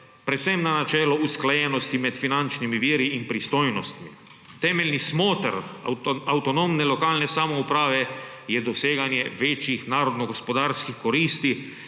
predvsem na načelo usklajenosti med finančnimi viri in pristojnostmi. Temeljni smoter avtonomne lokalne samouprave je doseganje večjih narodnogospodarskih koristi,